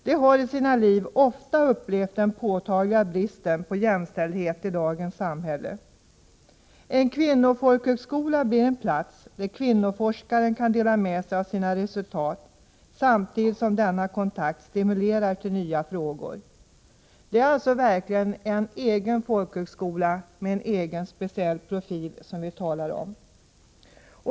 De har i sina liv ofta upplevt den påtagliga bristen på jämställdhet i dagens samhälle. En kvinnofolkhögskola blir en plats där kvinnoforskaren kan dela med sig av sina resultat samtidigt som denna kontakt stimulerar till nya frågor. Det är alltså verkligen en egen folkhögskola med en egen, speciell profil som vi talar om.